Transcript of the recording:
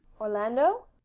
orlando